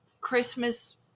christmas